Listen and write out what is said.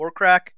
Warcrack